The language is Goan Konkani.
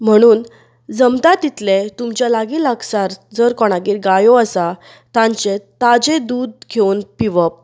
म्हणून जमता तितलें तुमचें लागीं लागसार जर कोणागेर गायो आसात तांचे ताजे दूध घेवन पिवप